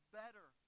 better